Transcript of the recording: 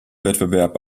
wettbewerb